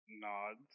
nods